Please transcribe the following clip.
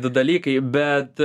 du dalykai bet